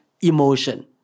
emotion